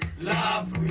Love